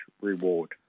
reward